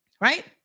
right